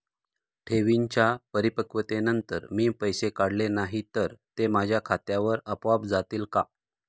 ठेवींच्या परिपक्वतेनंतर मी पैसे काढले नाही तर ते माझ्या खात्यावर आपोआप जातील का?